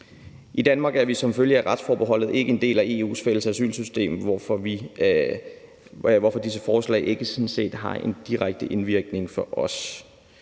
I Danmark er vi som følge af retsforbeholdet ikke en del af EU's fælles asylsystem, hvorfor det sådan set ikke har en direkte indvirkning på os.